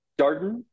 Darden